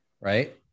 right